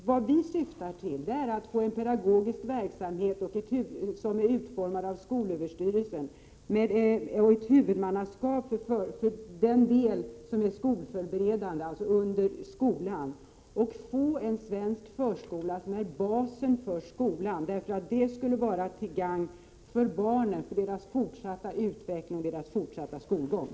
Vad vi syftar till är emellertid att få en pedagogisk verksamhet som är utformad av skolöverstyrelsen. Den skall vara skolförberedande. Huvudmannaskapet skall alltså ligga under skolan. Vi vill få en svensk förskola som är basen för skolan. Det skulle vara till gagn för barnen, för deras fortsatta utveckling och fortsatta skolgång.